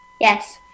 Yes